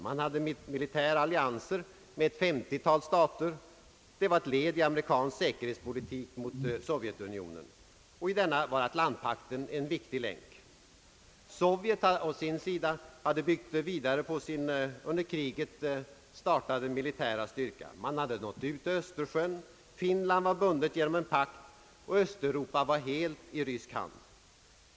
Man hade militära allianser med ett femtiotal stater. Det var ett.led.i amerikansk säkerhetspolitik mot Sov-, jetunionen, och i denna var Atlantpakten en viktig länk. Sovjet å sin sida hade byggt vidare på sin under kriget startade militära styrka. Man hade nått ut till Östersjön. Finland var bundet genom en pakt, och Östeuropa var helt i rysk hand.